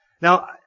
Now